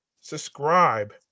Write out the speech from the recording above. subscribe